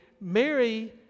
Mary